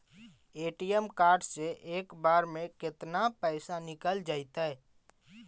ATM card से एक बार में केतना पैसा निकल जइतै?